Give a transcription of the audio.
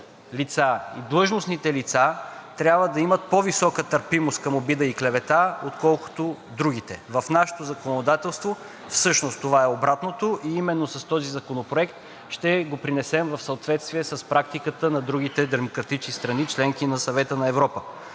лица и длъжностните лица трябва да имат по-висока търпимост към обида и клевета, отколкото другите. В нашето законодателство всъщност това е обратното и именно с този законопроект ще го принесем в съответствие с практиките на другите демократични страни – членки на Съвета на Европа.